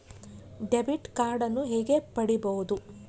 Debit ಕಾರ್ಡನ್ನು ಹೇಗೆ ಪಡಿಬೋದು?